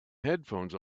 headphones